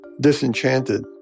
disenchanted